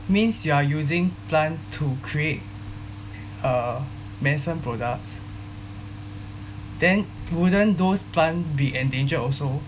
means you are using plant to create uh medicine products then wouldn't those plant be endangered also